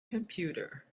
computer